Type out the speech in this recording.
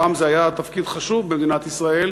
פעם זה היה תפקיד חשוב במדינת ישראל,